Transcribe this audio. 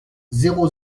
zéro